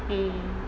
mm